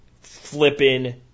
flipping